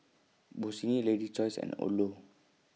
Bossini Lady's Choice and Odlo